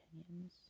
opinions